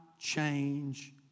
change